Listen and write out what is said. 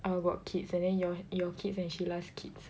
uh got kids and then your your kids and Sheila 's kids